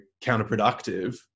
counterproductive